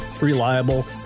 reliable